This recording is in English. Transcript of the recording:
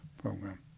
program